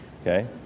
Okay